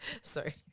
Sorry